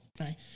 okay